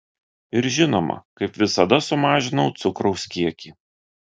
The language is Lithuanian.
ir žinoma kaip visada sumažinau cukraus kiekį